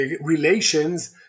relations